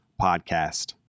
podcast